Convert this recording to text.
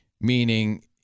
Meaning